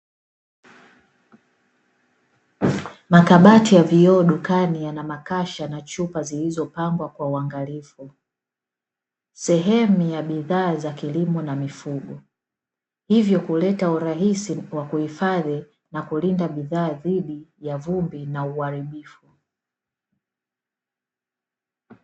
Makabati ya vioo dukani yanamakasha na chupa zilizopamwga kwa uangalifu, sehemu ya bidhaa ya kilimo na mifugo. Hivyo huleta urahisi wa kuhifadhi na kulinda bidhaa dhidi ya vumbi na uharibifu.